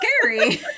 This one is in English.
scary